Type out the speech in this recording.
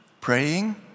praying